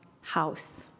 house